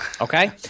Okay